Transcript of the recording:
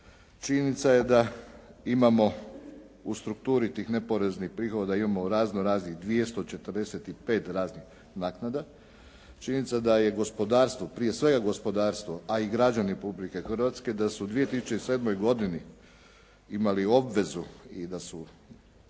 Činjenica je da imamo u strukturi tih neporeznih prihoda imamo raznoraznih 245 raznih naknada. Činjenica je da je gospodarstvo, prije svega gospodarstvo, a i građani Republike Hrvatske da su u 2007. godini imali obvezu i da su